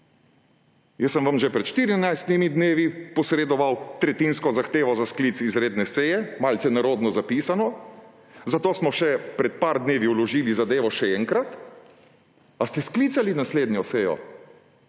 Jaz sem vam že pred štirinajstimi dnevi posredoval tretjinsko zahtevo za sklic izredne seje, malce nerodno zapisano, zato smo še pred nekaj dnevi vložili zadevo še enkrat. A ste sklicali naslednjo sejo?